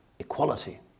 equality